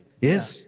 Yes